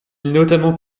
notamment